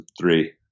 three